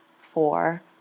four